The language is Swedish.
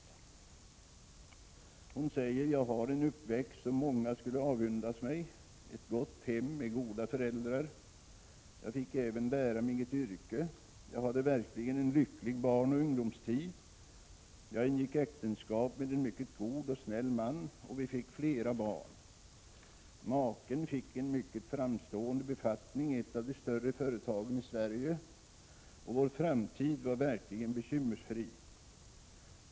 Brevskrivaren säger: ”Jag har en uppväxttid, som många skulle avundas mig — ett gott hem med goda föräldrar. Jag fick även lära mig ett yrke. Jag hade verkligen en lycklig barnoch ungdomstid. Jag ingick äktenskap med en mycket god och snäll man, och vi fick flera barn. Maken fick en mycket framstående befattning i ett av de större företagen i Sverige, och vår framtid var verkligen bekymmersfri.